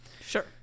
sure